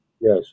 Yes